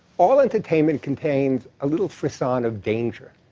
all entertainment contains a little frisson of danger,